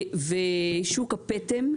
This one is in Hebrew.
ושוק הפטם,